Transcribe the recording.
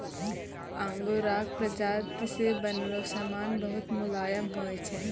आंगोराक प्राजाती से बनलो समान बहुत मुलायम होय छै